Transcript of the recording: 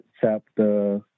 chapter